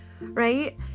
Right